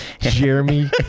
Jeremy